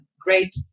great